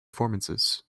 performances